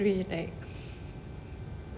way like